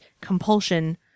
compulsion